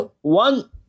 One